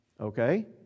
Okay